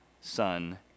son